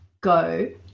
go